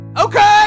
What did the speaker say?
okay